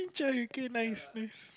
okay nice nice